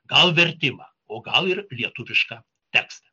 gal vertimą o gal ir lietuvišką tekstą